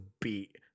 beat